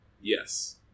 Yes